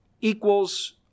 equals